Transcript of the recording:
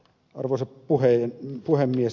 arvoisa puhemies